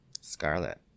Scarlet